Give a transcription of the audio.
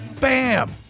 Bam